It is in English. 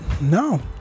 no